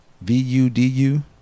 V-U-D-U